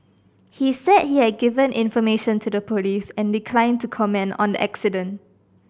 he said he had given information to the police and declined to comment on the accident